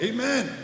Amen